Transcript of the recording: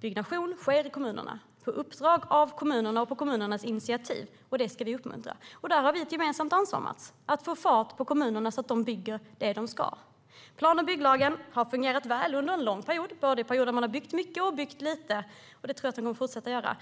Byggnation sker i kommunerna på uppdrag av kommunerna och på kommunernas initiativ, och det ska vi uppmuntra. Vi har ett gemensamt ansvar, Mats, att få fart på kommunerna så att de bygger det de ska. Plan och bygglagen har fungerat väl under en lång period både när man har byggt mycket och när man har byggt lite, och det tror jag att den kommer att fortsätta att göra.